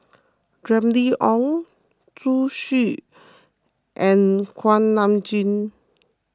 Remy Ong Zhu Xu and Kuak Nam Jin